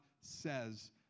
says